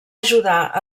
ajudar